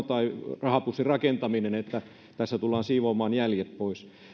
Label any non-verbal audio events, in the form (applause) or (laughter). (unintelligible) tai rahapussin rakentamisessa ja että tässä tullaan siivoamaan jäljet pois